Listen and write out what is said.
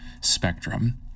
spectrum